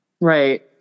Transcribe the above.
Right